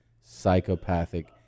psychopathic